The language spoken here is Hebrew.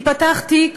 ייפתח תיק,